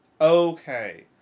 Okay